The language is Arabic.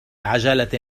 عجلة